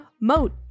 Moat